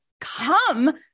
come